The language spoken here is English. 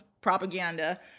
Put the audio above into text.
propaganda